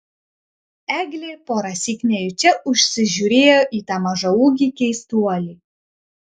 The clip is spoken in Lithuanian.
eglė porąsyk nejučia užsižiūrėjo į tą mažaūgį keistuolį